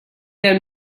hemm